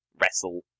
wrestle